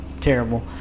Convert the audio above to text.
terrible